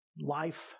life